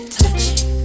touching